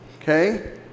Okay